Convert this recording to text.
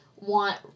want